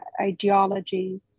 ideology